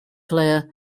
player